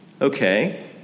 okay